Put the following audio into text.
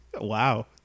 Wow